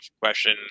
question